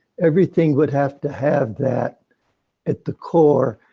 everything would have to have that at the core.